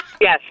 Yes